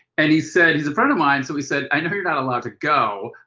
and he said, he's a friend of mine. so he said, i know you're not allowed to go,